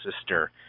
sister